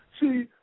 See